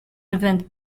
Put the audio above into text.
event